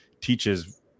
teaches